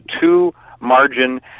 two-margin